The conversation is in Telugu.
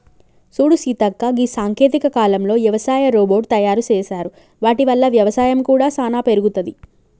సూడు సీతక్క గీ సాంకేతిక కాలంలో యవసాయ రోబోట్ తయారు సేసారు వాటి వల్ల వ్యవసాయం కూడా సానా పెరుగుతది